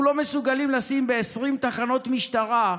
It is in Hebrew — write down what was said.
אנחנו לא מסוגלים לשים ב-20 תחנות משטרה,